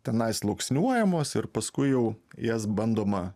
tenai sluoksniuojamos ir paskui jau jas bandoma